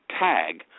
tag